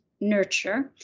nurture